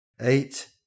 eight